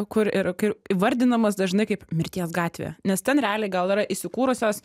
kur ir kaip įvardinamas dažnai kaip mirties gatvė nes ten realiai gal yra įsikūrusios